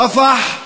רַפַח,